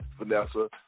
Vanessa